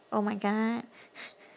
oh my god